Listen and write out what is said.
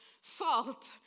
salt